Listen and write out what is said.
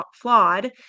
Flawed